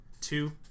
two